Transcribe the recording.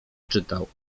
czytał